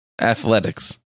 Athletics